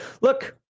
Look